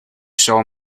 saw